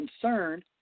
concerned